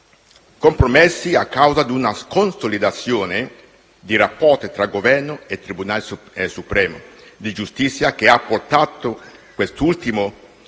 compromessi a causa di una consolidazione dei rapporti tra Governo e Tribunale supremo di giustizia, che ha portato quest'ultimo - nel